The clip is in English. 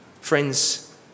Friends